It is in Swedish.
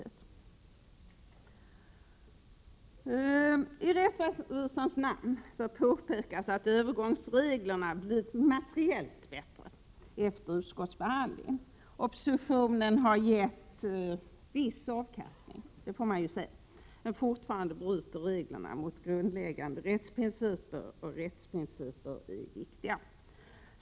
T rättvisans namn bör påpekas att övergångsreglerna blivit materiellt bättre efter utskottsbehandlingen. Oppositionen har gett viss avkastning, det får man ju säga. Men fortfarande bryter reglerna mot grundläggande rättsprinciper, och rättsprinciper är viktiga.